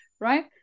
right